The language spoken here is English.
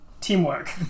teamwork